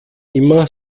immer